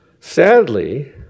Sadly